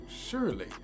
surely